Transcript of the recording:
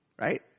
Right